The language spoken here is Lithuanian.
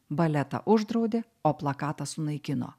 baletą uždraudė o plakatą sunaikino